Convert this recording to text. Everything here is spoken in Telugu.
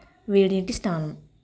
వేడినీటి స్నానం